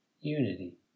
unity